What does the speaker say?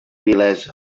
vilesa